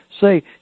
say